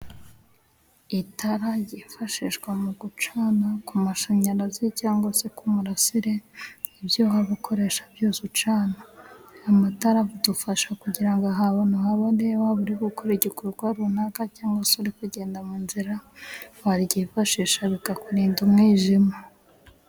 Itara ryifashishwa mu gucana ku mashanyarazi cyangwa se ku ku murasire, ibyo waba ukoresha byose ucana .Amatara adufasha kugira ngo ahantu habone, waba uri gukora igikorwa runaka, cyangwa se uri kugenda mu nzira ,waryifashisha bikakurinda umwijima.